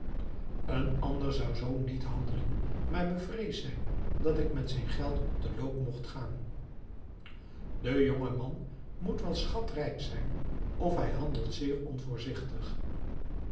een ander zou zoo niet handelen maar bevreesd zijn dat ik met zijn geld op den loop mogt gaan die jonge man moet wel schatrijk zijn of hij handelt zeer